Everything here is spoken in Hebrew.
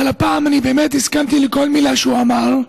אבל הפעם אני באמת הסכמתי לכל מילה שהוא אמר.